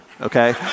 Okay